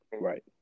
right